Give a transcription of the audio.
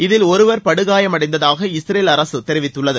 இதில் ஒருவர் படுகாயம் அடைந்ததாக இஸ்ரேல் அரசு தெரிவித்துள்ளது